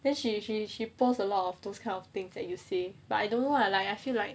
then she she she post a lot of those kind of things like you say but I don't know ah I feel like